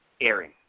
airing